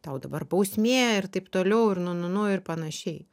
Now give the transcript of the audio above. tau dabar bausmė ir taip toliau ir nu nu nu ir panašiai